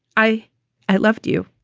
i i loved you